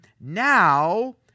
now